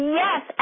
yes